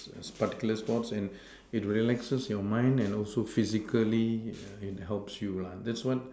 particular sports and it relaxes your mind and also physically err it helps you lah that's what